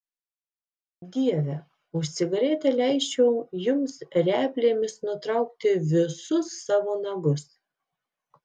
dieve už cigaretę leisčiau jums replėmis nutraukti visus savo nagus